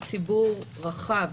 יש עדיין ציבור רחב,